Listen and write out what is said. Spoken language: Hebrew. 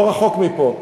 לא רחוק מפה,